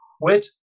quit